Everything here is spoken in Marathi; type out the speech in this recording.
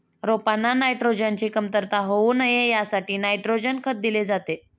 रोपांना नायट्रोजनची कमतरता होऊ नये यासाठी नायट्रोजन खत दिले जाते